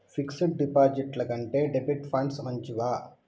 Fix డ్ డిపాజిట్ల కంటే డెబిట్ ఫండ్స్ మంచివా?